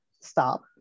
stop